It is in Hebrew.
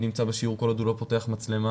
נמצא בשיעור כל עוד הוא לא פותח מצלמה,